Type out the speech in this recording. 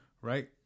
Right